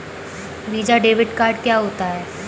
Visa debit card क्या होता है?